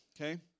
okay